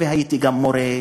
הייתי גם מורה,